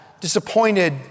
disappointed